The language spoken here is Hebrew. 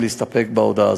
להסתפק בהודעה הזאת.